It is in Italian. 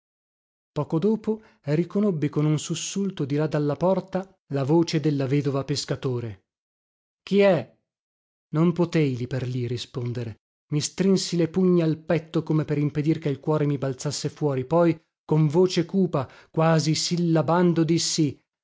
poco dopo riconobbi con un sussulto di là dalla porta la voce della vedova pescatore chi è non potei lì per lì rispondere mi strinsi le pugna al petto come per impedir che il cuore mi balzasse fuori poi con voce cupa quasi sillabando dissi